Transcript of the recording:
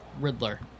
Riddler